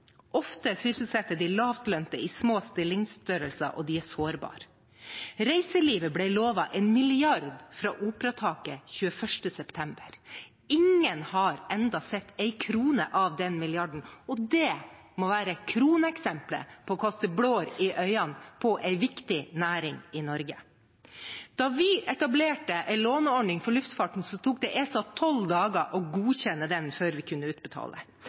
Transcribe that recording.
Ofte sysselsetter de lavtlønte i små stillingsbrøker, og de er sårbare. Reiselivet ble lovet 1 mrd. kr på operataket 21. september. Ingen har ennå sett en krone av den milliarden, og det må være kroneksemplet på å kaste blår i øynene på en viktig næring i Norge. Da vi etablerte en låneordning for luftfarten, tok det ESA tolv dager å godkjenne den før vi kunne utbetale.